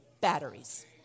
batteries